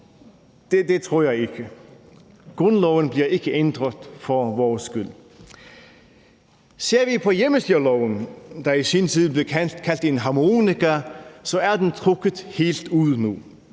Det tror jeg ikke. Grundloven bliver ikke ændret for vores skyld. Ser vi på hjemmestyreloven, der i sin tid blev kaldt en harmonika, er den trukket helt ud nu.